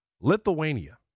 Lithuania